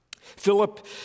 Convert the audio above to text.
Philip